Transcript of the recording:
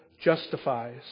justifies